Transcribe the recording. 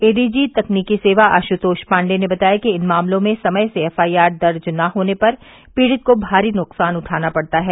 ADG तकनीकी सेवा आशुतोष पाण्डेय ने बताया कि इन मामलों में समय से एफआईआर दर्ज न होने पर पीड़ित को भारी नुकसान उठाना पड़ता है